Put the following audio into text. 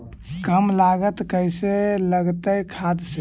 कम लागत कैसे लगतय खाद से?